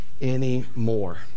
anymore